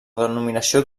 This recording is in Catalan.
denominació